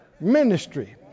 ministry